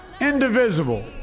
indivisible